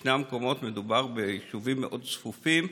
בשני המקומות מדובר ביישובים מאוד צפופים,